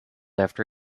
after